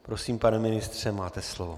Prosím, pane ministře, máte slovo.